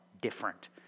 different